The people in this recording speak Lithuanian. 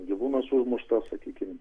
gyvūnas užmuštas sakykim